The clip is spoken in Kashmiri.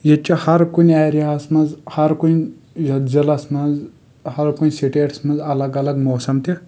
ییٚتہِ چُھ ہر کُنہِ ایریا ہس منٛز ہر کُنہِ یتھ ضلعس منٛز ہر کُنہِ سِٹیٹس منٛز الگ الگ موسم تہِ